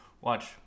watch